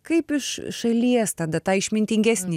kaip iš šalies tada tą išmintingesnį